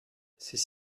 ces